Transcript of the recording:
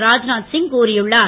ராத்நாத் சிங் கூறியுள்ளார்